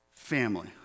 Family